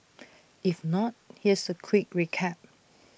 if not here's A quick recap